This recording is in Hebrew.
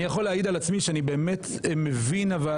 אני יכול להעיד על עצמי שאני באמת מבין את